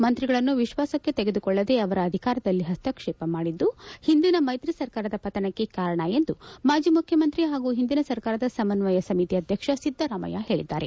ಮಂತ್ರಿಗಳನ್ನು ವಿಶ್ವಾಸಕ್ಕೆ ತೆಗೆದುಕೊಳ್ಳದೆ ಅವರ ಅಧಿಕಾರದಲ್ಲಿ ಪಸ್ತಕ್ಷೇಪ ಮಾಡಿದ್ದು ಹಿಂದಿನ ಮೈತ್ರಿ ಸರ್ಕಾರದ ಪತನಕ್ಕೆ ಕಾರಣ ಎಂದು ಮಾಜಿ ಮುಖ್ಯಮಂತ್ರಿ ಪಾಗೂ ಹಿಂದಿನ ಸರ್ಕಾರದ ಸಮನ್ವಯ ಸಮಿತಿ ಅಧ್ಯಕ್ಷ ಸಿದ್ಧರಾಮಯ್ಯ ಹೇಳಿದ್ದಾರೆ